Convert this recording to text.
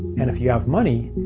and if you have money,